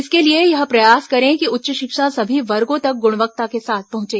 इसके लिए यह प्रयास करें कि उच्च शिक्षा सभी वर्गों तक गुणवत्ता के साथ पहुंचे